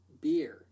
Beer